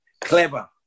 clever